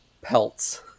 pelts